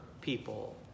people